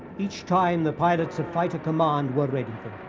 each time the pilots of fighter command were ready